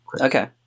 Okay